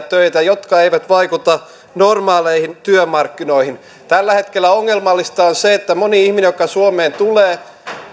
töitä jotka eivät vaikuta normaaleihin työmarkkinoihin tällä hetkellä ongelmallista on se että monella ihmisellä joka suomeen tulee